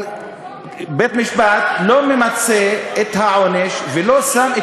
אבל בית-משפט לא ממצה את העונש ולא שם את